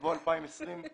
יבוא "2020".